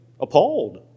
appalled